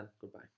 goodbye